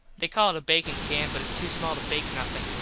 they call it a bakin can but its too small to bake nothin.